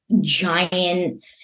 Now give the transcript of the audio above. giant